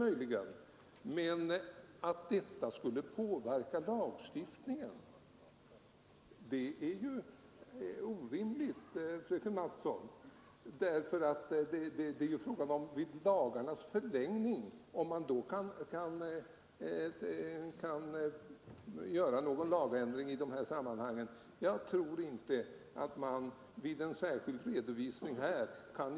Men att detta skulle påverka lagstiftningen är ju orimligt, fröken Mattson, därför att det är fråga om lagarnas förlängning. Om man skulle vilja göra någon ändring av dessa undantagslagar i sammanhang med integritetsskyddskommitténs förslag, tror jag inte att man vid en särskild redovisning skulle lyckas.